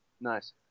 Nice